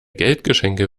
geldgeschenke